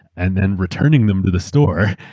and then returning them to the store,